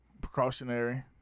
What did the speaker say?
precautionary